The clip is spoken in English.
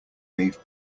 gave